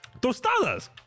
Tostadas